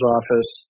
Office